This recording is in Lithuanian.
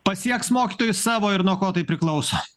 pasieks mokytojai savo ir nuo ko tai priklauso